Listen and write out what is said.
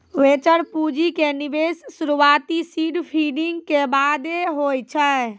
venture पूंजी के निवेश शुरुआती सीड फंडिंग के बादे होय छै